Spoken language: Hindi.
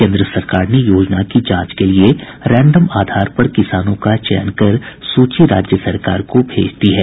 केन्द्र सरकार ने योजना की जांच के लिए रैंडम आधार पर किसानों का चयन कर सूची राज्य सरकार को भेज दी है